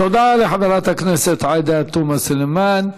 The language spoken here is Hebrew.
תודה לחברת הכנסת עאידה תומא סלימאן.